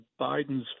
Biden's